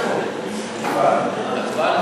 יש הצבעה?